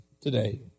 today